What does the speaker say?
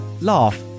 laugh